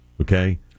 Okay